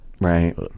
Right